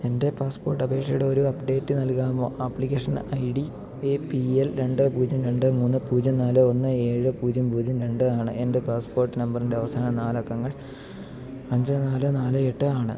എൻ്റെ പാസ്പോർട്ടപേക്ഷയുടെ ഒരു അപ്ഡേറ്റ് നൽകാമോ application I D A P L രണ്ട് പൂജ്യം രണ്ട് മൂന്ന് പൂജ്യം നാല് ഒന്ന് ഏഴ് പൂജ്യം പൂജ്യം രണ്ട് ആണ് എന്റെ പാസ്പോർട്ട് നമ്പറിന്റെ അവസാന നാലക്കങ്ങൾ അഞ്ച് നാല് നാല് എട്ട് ആണ്